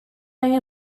angen